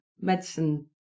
Medicine